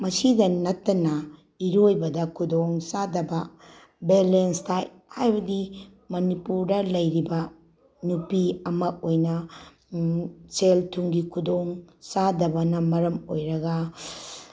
ꯃꯁꯤꯗ ꯅꯠꯇꯅ ꯏꯔꯣꯏꯕꯗ ꯈꯨꯗꯣꯡ ꯆꯥꯗꯕ ꯕꯦꯂꯦꯟꯁ ꯗꯥꯏꯠ ꯍꯥꯏꯕꯗꯤ ꯃꯅꯤꯄꯨꯔꯗ ꯂꯩꯔꯤꯕ ꯅꯨꯄꯤ ꯑꯃ ꯑꯣꯏꯅ ꯁꯦꯜ ꯊꯨꯝꯒꯤ ꯈꯨꯗꯣꯡ ꯆꯥꯗꯕꯅ ꯃꯔꯝ ꯑꯣꯏꯔꯒ